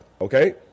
Okay